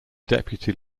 deputy